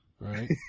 Right